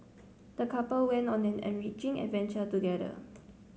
the couple went on an enriching adventure together